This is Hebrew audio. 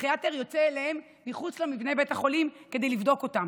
הפסיכיאטר יוצא אליהם מחוץ למבנה בית החולים כדי לבדוק אותם.